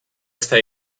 esta